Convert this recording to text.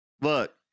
Look